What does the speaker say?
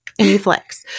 Netflix